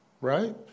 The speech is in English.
right